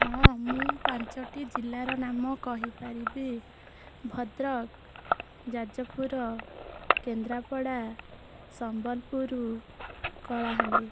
ହଁ ମୁଁ ପାଞ୍ଚଟି ଜିଲ୍ଲାର ନାମ କହିପାରିବି ଭଦ୍ରକ ଯାଜପୁର କେନ୍ଦ୍ରାପଡ଼ା ସମ୍ବଲପୁର କଳାହାଣ୍ଡି